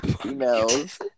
females